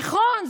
נכון,